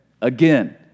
again